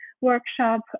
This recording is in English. workshop